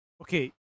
okay